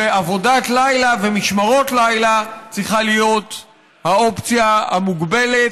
ועבודת לילה ומשמרות לילה צריכות להיות האופציה המוגבלת,